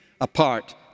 apart